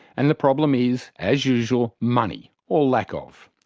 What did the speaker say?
and the problem is, as usual, money, or lack of.